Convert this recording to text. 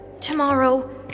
Tomorrow